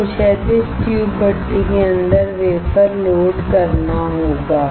आपको क्षैतिज ट्यूब भट्ठी के अंदर वेफर लोड करना होगा